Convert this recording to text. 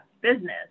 business